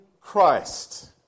Christ